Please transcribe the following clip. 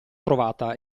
trovata